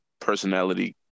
personality